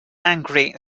angry